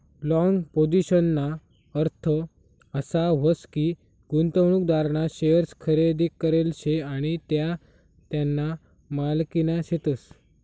long पोझिशनना अर्थ असा व्हस की, गुंतवणूकदारना शेअर्स खरेदी करेल शे आणि त्या त्याना मालकीना शेतस